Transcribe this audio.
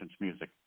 music